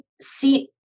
see